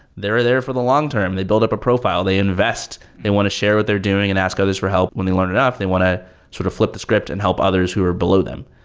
there are there for the long-term. they build up a profile. they invest. they want to share what they're doing and ask others for help. when they learn enough, they want to soft sort of flip the script and help others who are below them.